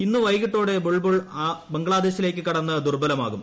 ഇന്ന് വൈകിട്ടോടെ ബുൾ ബുൾ ബംഗ്ലാദേശിലേക്ക് കടന്ന് ദുർബലമാകും